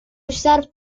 usar